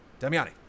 Damiani